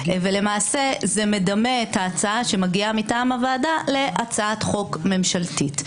ולמעשה זה מדמה את ההצעה שמגיעה מטעם הוועדה להצעת חוק ממשלתית.